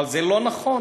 אבל זה לא נכון.